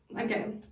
okay